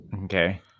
Okay